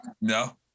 No